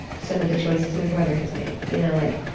some of the choices my brother has made, you know, like,